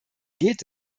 geht